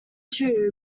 true